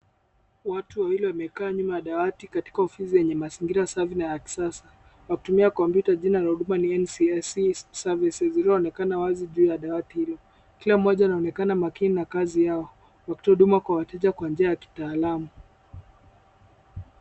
Watu wawili wamekaa nyuma ya dawati katika ofisi yenye mazingira safi na ya kisasa, wakitumia kompyuta. Jina lililo kwa ukuta ni NCA services linaloonekana wazi juu ya dawati hizo. Kila mmoja anaonekana makini na kazi yao, wakitoa huduma kwa wateja kwa njia ya kitaalam.